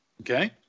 Okay